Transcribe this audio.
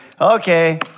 Okay